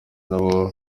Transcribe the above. nabo